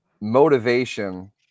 Motivation